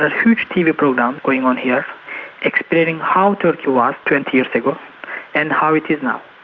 ah huge tv programs going on here explaining how turkey was twenty years ago and how it is now,